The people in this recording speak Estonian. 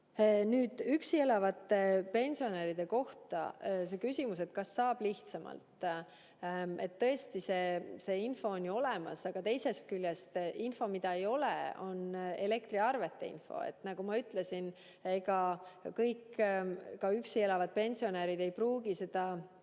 Üksi elavate pensionäride kohta see küsimus, et kas saab lihtsamalt. Tõesti, info on ju olemas. Aga teisest küljest info, mida ei ole, on elektriarvete info. Nagu ma ütlesin, ega kõik, ka üksi elavad pensionärid, ei pruugi toetust